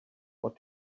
what